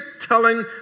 telling